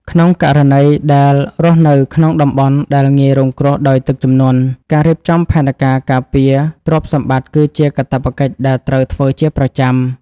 ក្នុងករណីដែលរស់នៅក្នុងតំបន់ដែលងាយរងគ្រោះដោយទឹកជំនន់ ការរៀបចំផែនការការពារទ្រព្យសម្បត្តិគឺជាកាតព្វកិច្ចដែលត្រូវធ្វើជាប្រចាំ។